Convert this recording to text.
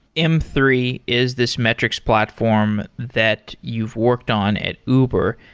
m three is this metrics platform that you've worked on at uber.